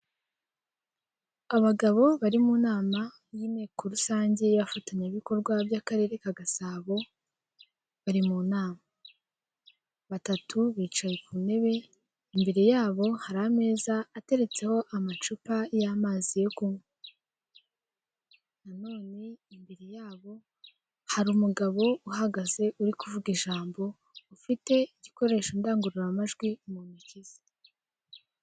Abagabo bari mu nama y'inteko rusange y'abafatanyabikorwa by'akarere ka gasabo, bari mu nama, batatu bicaye ku ntebe imbere yabo hari ameza ateretse amacupa y'amazi, imbere yabo hari umugabo uhagaze uri kuvuga ijambo ufite igikoresho ndangururamajwi mu ntoki ze.